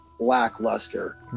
lackluster